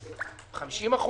50%,